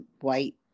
white